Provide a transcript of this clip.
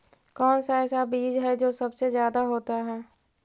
कौन सा ऐसा बीज है जो सबसे ज्यादा होता है?